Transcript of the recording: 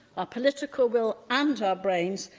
our political will, and our brains,